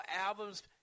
albums